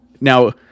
Now